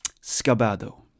scabado